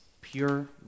pure